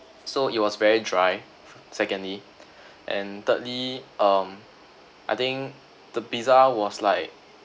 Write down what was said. so it was very dry secondly and thirdly um I think the pizza was like